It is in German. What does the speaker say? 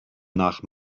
nach